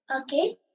Okay